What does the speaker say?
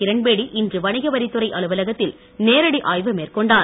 கிரண்பேடி இன்று வணிக வரித்துறை அலுவலகத்தில் நேரடி ஆய்வு மேற்கொண்டார்